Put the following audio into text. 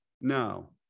No